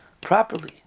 properly